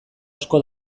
asko